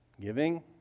giving